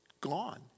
gone